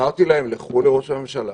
אמרתי להם: לכו לראש הממשלה